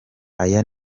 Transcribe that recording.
aya